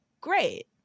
great